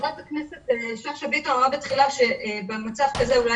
חברת הכנסת שאשא ביטון אמרה בתחילה במצב כזה אולי